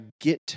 get